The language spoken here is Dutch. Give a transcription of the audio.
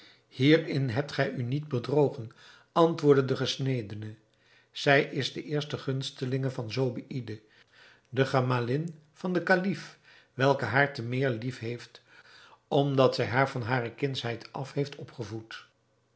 hierin hebt gij u niet bedrogen antwoordde de gesnedene zij is de eerste gunstelinge van zobeïde de gemalin van den kalif welke haar te meer lief heeft omdat zij haar van hare kindschheid af heeft opgevoed